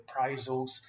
appraisals